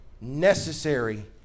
necessary